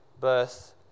Birth